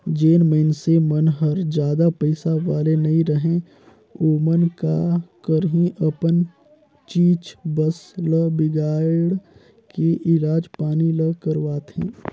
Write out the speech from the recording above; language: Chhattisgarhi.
जेन मइनसे मन हर जादा पइसा वाले नइ रहें ओमन का करही अपन चीच बस ल बिगायड़ के इलाज पानी ल करवाथें